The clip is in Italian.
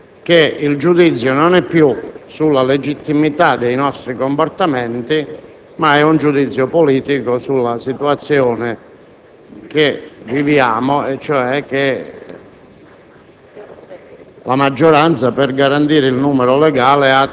Prendo atto, questa mattina, che il giudizio non è più sulla legittimità dei nostri comportamenti, ma è un giudizio politico sulla situazione che viviamo e cioè che